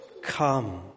Come